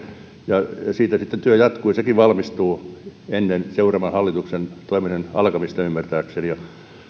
ja siitä sitten työ jatkuu sekin valmistuu ennen seuraavan hallituksen toiminnan alkamista ymmärtääkseni